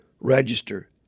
Register